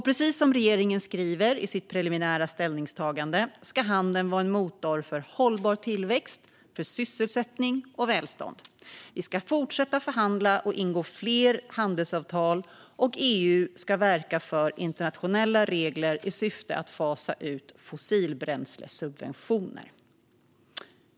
Precis som regeringen skriver i sitt preliminära ställningstagande ska handeln vara en motor för hållbar tillväxt, sysselsättning och välstånd. Vi ska fortsätta förhandla och ingå fler handelsavtal. Och EU ska verka för internationella regler i syfte att fasa ut fossilbränslesubventioner.